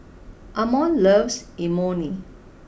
Ammon loves Imoni